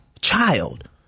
child